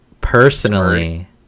Personally